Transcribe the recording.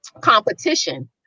competition